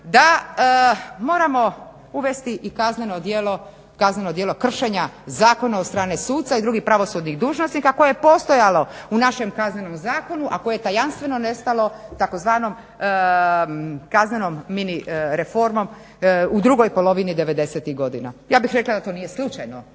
da moramo uvesti i kazneno djelo kršenja zakona od strane suca i drugih pravosudnih dužnosnika koje je postojalo u našem Kaznenom zakonu a koje je tajanstveno nestalo u tzv. kaznenom mini reformom u drugoj polovini 90-tih godina. Ja bih rekla da to nije slučajno